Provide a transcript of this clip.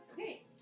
Okay